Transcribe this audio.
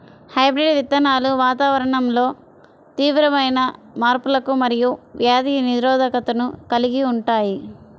hybrid విత్తనాలు వాతావరణంలో తీవ్రమైన మార్పులకు మరియు వ్యాధి నిరోధకతను కలిగి ఉంటాయి